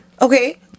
Okay